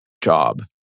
job